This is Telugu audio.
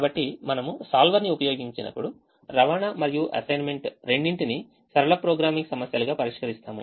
కాబట్టి మనము solver ని ఉపయోగించినప్పుడు రవాణా మరియు అసైన్మెంట్ రెండింటిని సరళ ప్రోగ్రామింగ్ సమస్యలుగా పరిష్కరిస్తాము